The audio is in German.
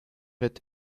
wird